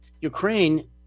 Ukraine